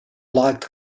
liked